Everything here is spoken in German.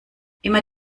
immer